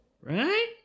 Right